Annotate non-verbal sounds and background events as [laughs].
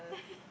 [laughs]